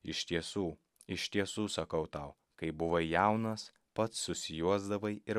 iš tiesų iš tiesų sakau tau kai buvai jaunas pats susijuosdavai ir